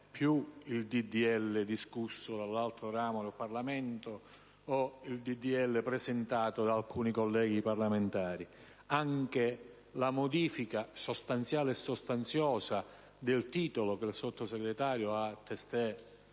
di legge discusso dall'altro ramo del Parlamento o quello presentato da alcuni colleghi parlamentari. Anche la modifica sostanziale e sostanziosa del titolo che il sottosegretario Caliendo